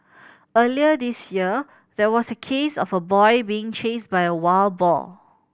earlier this year there was a case of a boy being chased by a wild boar